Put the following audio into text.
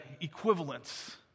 equivalence